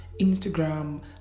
Instagram